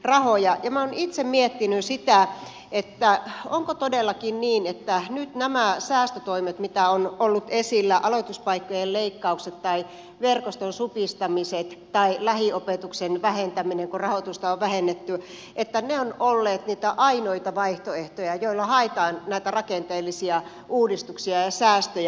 minä olen itse miettinyt sitä onko todellakin niin että nyt nämä säästötoimet mitkä ovat olleet esillä aloituspaikkojen leikkaukset tai verkoston supistamiset tai lähiopetuksen vähentäminen kun rahoitusta on vähennetty ovat olleet niitä ainoita vaihtoehtoja joilla haetaan näitä rakenteellisia uudistuksia ja säästöjä